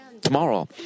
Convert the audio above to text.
tomorrow